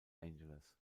angeles